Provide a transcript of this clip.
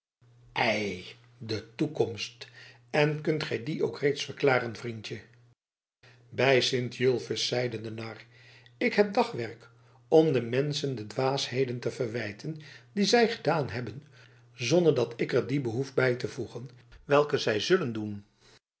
ei de toekomst en kunt gij die ook reeds verklaren vriendje bij sint julfus zeide de nar ik heb dagwerk om den menschen de dwaasheden te verwijten die zij gedaan hebben zonder dat ik er die behoef bij te voegen welke zij zullen doen